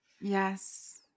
yes